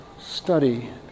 study